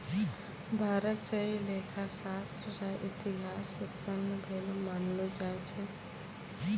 भारत स ही लेखा शास्त्र र इतिहास उत्पन्न भेलो मानलो जाय छै